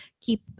keep